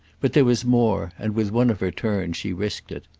but there was more, and, with one of her turns, she risked it.